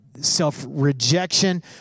self-rejection